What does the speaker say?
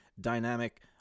dynamic